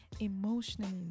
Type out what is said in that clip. emotionally